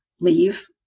leave